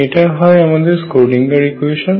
এটা হয় আমাদের স্ক্রোডিঙ্গার ইকুয়েশান